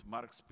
Marx